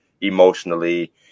emotionally